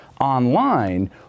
online